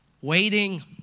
waiting